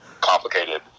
complicated